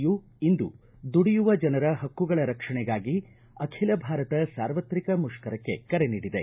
you ಇಂದು ದುಡಿಯುವ ಜನರ ಹಕ್ಕುಗಳ ರಕ್ಷಣೆಗಾಗಿ ಅಖಿಲ ಭಾರತ ಸಾರ್ವತ್ರಿಕ ಮುಷ್ಕರಕ್ಕೆ ಕರೆ ನೀಡಿದೆ